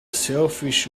selfish